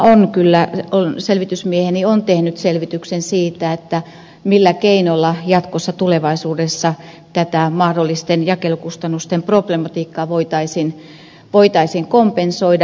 siihen rinnalle on selvitysmieheni kyllä tehnyt selvityksen siitä millä keinolla jatkossa tulevaisuudessa tätä mahdollisten jakelukustannusten problematiikkaa voitaisiin kompensoida